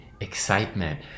excitement